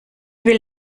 will